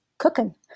cooking